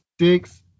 six